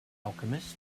alchemist